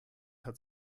hat